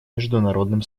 международным